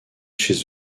chez